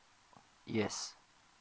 yes